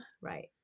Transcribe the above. Right